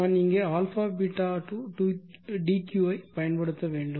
நான் இங்கே ∝ β to dq ஐப் பயன்படுத்த வேண்டும்